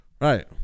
Right